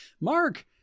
Mark